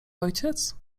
ojciec